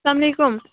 السلام علیکُم